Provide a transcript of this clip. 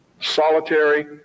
solitary